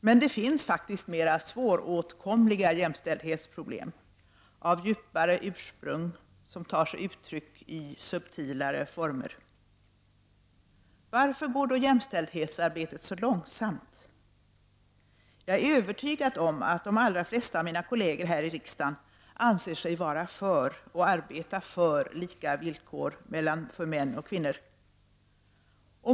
Men det finns mer svåråtkomliga jämställdhetsproblem, problem av djupare ursprung som tar sig uttryck i subtilare former. Varför går då jämställdhetsarbetet så långsamt? Jag är övertygad om att de allra flesta av mina kolleger här i riksdagen anser sig vara för, och arbeta för, lika villkor för män och kvinnor.